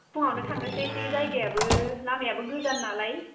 फुङावनो थांनोसै एसे जायगायाबो लामायाबो गोजान नालाय